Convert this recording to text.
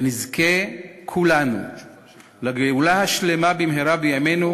ונזכה כולנו לגאולה השלמה במהרה בימינו,